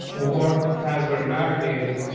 or as we're navigating,